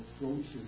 approaches